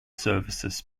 services